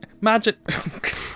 Magic